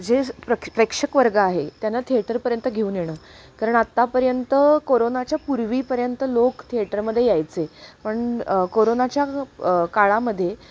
जे प्रक्ष प्रेक्षकवर्ग आहे त्यांना थिएटरपर्यंत घेऊन येणं कारण आत्तापर्यंत कोरोनाच्या पूर्वीपर्यंत लोक थिएटरमध्ये यायचे पण कोरोनाच्या काळामध्ये